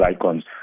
icons